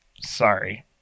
Sorry